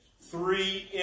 three